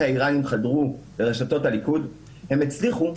האיראנים חדרו לרשתות הליכוד הם הצליחו,